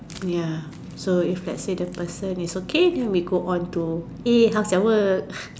ya so if let's say if the person is okay then we go on to eh how's your work